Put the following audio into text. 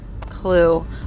clue